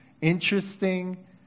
interesting